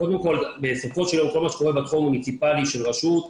קודם כל, כל מה שקורה בתחום המוניציפאלי של רשות,